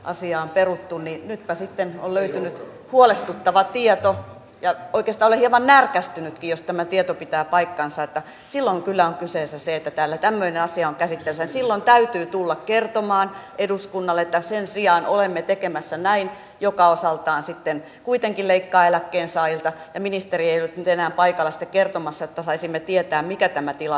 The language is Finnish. asia on peruttu niin että sitten on löytynyt huolestuttava tieto ja batistalle hieman närkästynyt jos tämä tieto pitää paikkansa tilan kylä on kyseessä se että täällä tämmöinen asia on sitten se sillon täytyy tulla kertomaan eduskunnalle että sen sijaan olemme tekemässä näin joka osaltaan sitten kuitenkin leikkaa eläkkeensaajilta ministerien tänään paikalla kertomassa että saisimme tietää mikä tämä tila